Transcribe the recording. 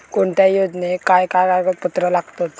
कोणत्याही योजनेक काय काय कागदपत्र लागतत?